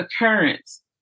occurrence